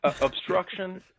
Obstruction